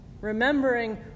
remembering